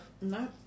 No